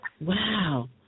wow